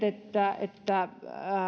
että että